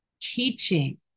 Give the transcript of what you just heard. Teaching